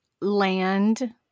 land